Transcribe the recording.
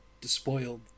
despoiled